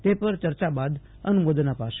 તે પર ચર્ચા બાદ અનુમોદન અપાશે